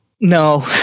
No